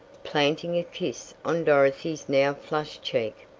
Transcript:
planting a kiss on dorothy's now flushed cheek.